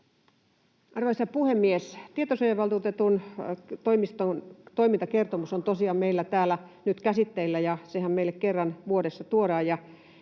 Arvoisa puhemies! Tietosuojavaltuutetun toimiston toimintakertomus on tosiaan meillä täällä nyt käsitteillä. Sehän meille kerran vuodessa tuodaan.